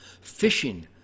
Fishing